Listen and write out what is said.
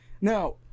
Now